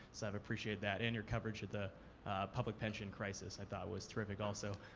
so i've appreciated that and your coverage of the public pension crisis, i thought was terrific also.